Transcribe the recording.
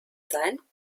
sein